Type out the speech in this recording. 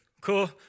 Cool